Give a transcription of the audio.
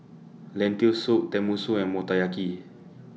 Lentil Soup Tenmusu and Motoyaki